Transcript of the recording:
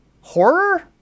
horror